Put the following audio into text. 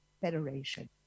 Federation